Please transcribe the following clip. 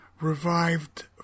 revived